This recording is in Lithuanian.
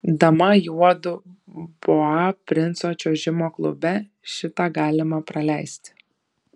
dama juodu boa princo čiuožimo klube šitą galima praleisti